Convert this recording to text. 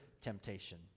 temptation